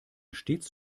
stets